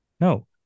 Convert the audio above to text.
No